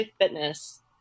Fitness